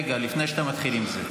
לפני שאתה מתחיל עם זה.